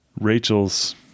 Rachel's